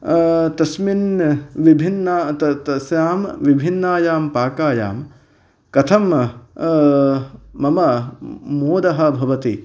तस्मिन् विभिन्न तस्यां विभिन्नायां पाकायां कथं मम मोदः भवति